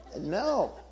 no